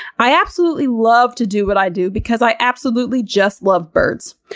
i absolutely love to do what i do because i absolutely just love birds.